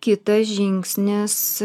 kitas žingsnis